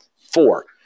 Four